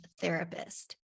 therapist